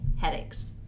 headaches